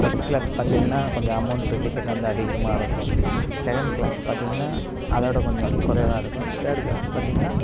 first class பார்த்திங்கன்னா கொஞ்சம் amount ticket வந்து அதிகமாக இருக்கும் செகண்ட் க்ளாஸ் பார்த்திங்கன்னா அதோட கொஞ்சம் குறைவாக இருக்கும் தேர்டு க்ளாஸ் பார்த்திங்கன்னா